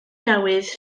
newydd